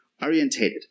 Orientated